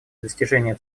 достижения